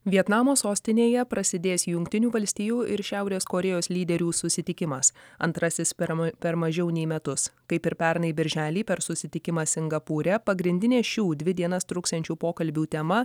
vietnamo sostinėje prasidės jungtinių valstijų ir šiaurės korėjos lyderių susitikimas antrasis per ma per mažiau nei metus kaip ir pernai birželį per susitikimą singapūre pagrindinė šių dvi dienas truksiančių pokalbių tema